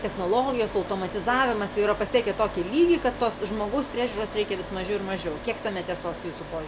technologijos automatizavimas yra pasiekę tokį lygį kad tos žmogus priežiūros reikia vis mažiau ir mažiau kiek tame tiesos jūsų požiūriu